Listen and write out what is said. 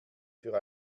für